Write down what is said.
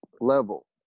level